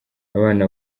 abana